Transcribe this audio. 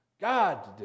God